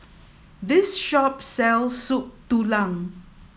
this shop sells Soup Tulang